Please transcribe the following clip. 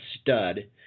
stud